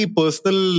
personal